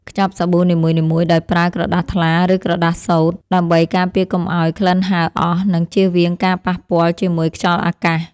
ខ្ចប់សាប៊ូនីមួយៗដោយប្រើក្រដាសថ្លា ឬក្រដាសសូត្រ ដើម្បីការពារកុំឱ្យក្លិនហើរអស់ និងជៀសវាងការប៉ះពាល់ជាមួយខ្យល់អាកាស។